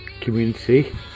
community